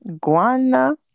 guana